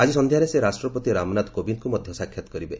ଆଜି ସନ୍ଧ୍ୟାରେ ସେ ରାଷ୍ଟ୍ରପତି ରାମନାଥ କୋବିନ୍ଦଙ୍କୁ ମଧ୍ୟ ସାକ୍ଷାତ କରିବେ